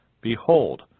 Behold